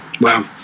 Wow